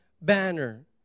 banner